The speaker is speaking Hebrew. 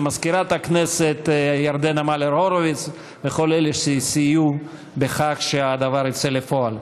למזכירת הכנסת ירדנה מלר-הורוביץ ולכל אלה שסייעו בכך שהדבר יצא לפועל.